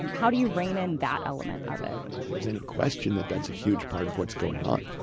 um how do you rein in that element of it? i don't think there's any question that that's a huge part of what's going on,